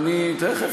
יש לך הצעה דומה.